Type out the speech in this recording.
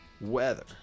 weather